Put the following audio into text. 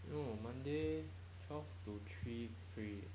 no monday twelve to three free